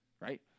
right